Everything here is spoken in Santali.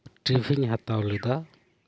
ᱴᱤᱵᱷᱤᱧ ᱦᱟᱛᱟᱣ ᱞᱮᱫᱟ